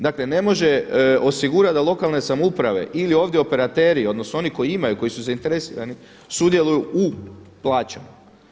Dakle, ne može osigurati da lokalne samouprave ili ovdje operateri, odnosno oni koji imaju, koji su zainteresirani sudjeluju u plaćama.